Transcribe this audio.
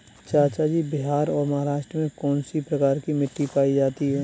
चाचा जी बिहार और महाराष्ट्र में कौन सी प्रकार की मिट्टी पाई जाती है?